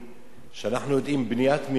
כשאנחנו יודעים שבניית מרפסת היום,